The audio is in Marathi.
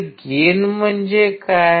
तर गेन म्हणजे काय